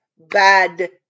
bad